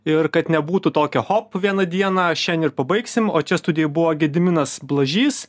ir kad nebūtų tokio hop vieną dieną šian ir pabaigsim o čia studijoj buvo gediminas blažys